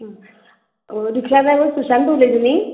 रिक्षा driver Sushant उलयता न्ही